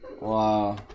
Wow